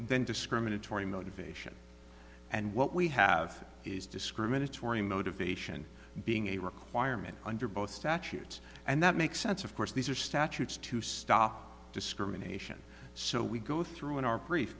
then discriminatory motivation and what we have is discriminatory motivation being a requirement under both statutes and that makes sense of course these are statutes to stop discrimination so we go through in our brief